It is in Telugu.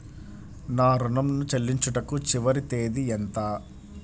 నా ఋణం ను చెల్లించుటకు చివరి తేదీ ఎంత?